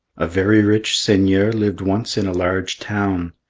a very rich seigneur lived once in a large town.